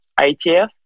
itf